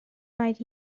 might